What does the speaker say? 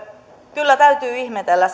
kyllä täytyy ihmetellä